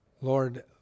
Lord